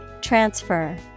Transfer